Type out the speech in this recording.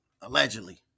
allegedly